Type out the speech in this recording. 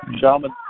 shaman